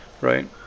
right